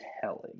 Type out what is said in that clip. telling